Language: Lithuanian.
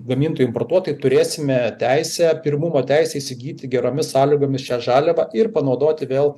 gamintojai importuotojai turėsime teisę pirmumo teisę įsigyti geromis sąlygomis šią žaliavą ir panaudoti vėl